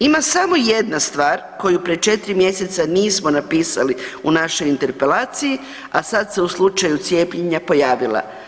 Ima samo jedna stvar koju prije 4 mjeseca nismo napisali u našoj interpelaciji, a sad se u slučaju cijepljenja pojavila.